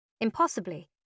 Impossibly